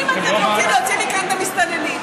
אם אתם רוצים להוציא מכאן את המסתננים,